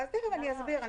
תיכף אני אסביר.